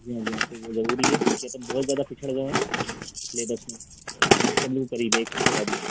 जी हाँ जी हाँ तो वो ज़रूरी है क्योंकि अपन बहुत ज़्यादा पिछड़ गए हैं सेलेबस में सेमेस्टर भी करीब एक हफ़्ते बाद ही है